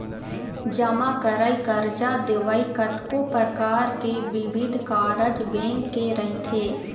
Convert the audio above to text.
जमा करई, करजा देवई, कतको परकार के बिबिध कारज बेंक के रहिथे